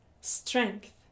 strength